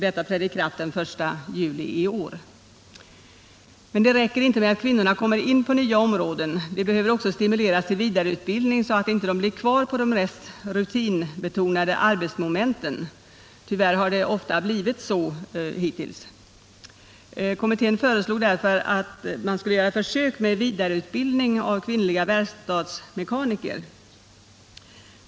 Detta trädde i kraft den 1 juli i år. Men det räcker inte med att kvinnorna kommer in på nya områden, de behöver också stimuleras till vidareutbildning, så att de inte blir kvar på de mest rutinbetonade arbetsmomenten. Hittills har det tyvärr ofta blivit så. Kommittén föreslog därför försök med vidareutbildning av kvinnliga verkstadsmekaniker.